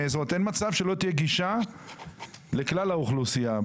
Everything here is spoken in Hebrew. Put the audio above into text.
אין מצב שלא תהיה גישה לכלל האוכלוסייה,